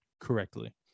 correctly